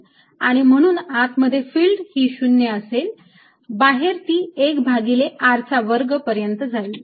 आणि म्हणून आत मध्ये फिल्ड ही 0 असेल बाहेर ती 1 भागिले r चा वर्ग पर्यंत जाईल